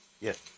Yes